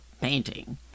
painting